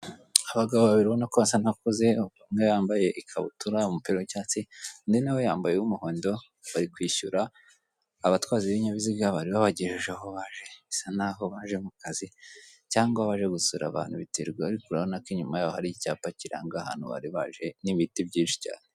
Abagabo babiri ubona ko basa nka bakuze umwe yambaye ikabutura, umupira w'icyatsi undi yambaye uwu muhondo, barikwishyura abatwazi b'ibinyabiziga baribabageje aho baje bisa nkaho baje mu kazi cyangwa gusura abantu biterwa ariko urabona ko inyuma yabo hari icyapa kiranga ahanu baribaje n'ibiti byishi cyane.